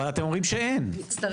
אבל אתם אומרים שאין צורך.